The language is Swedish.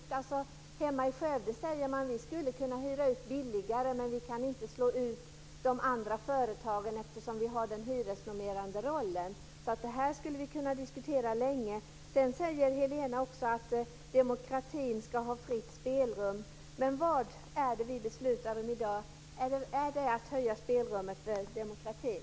I min hemkommun Skövde säger man att man skulle kunna hyra ut billigare men att man inte kan slå ut de andra företagen eftersom allmännyttan har den hyresnormerande rollen. Det här skulle vi alltså kunna diskutera länge. Helena säger också att demokratin ska ha fritt spelrum. Men vad beslutar vi om i dag? Är det att öka spelrummet för demokratin?